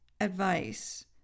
advice